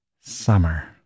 summer